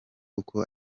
uko